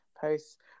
post